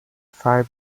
five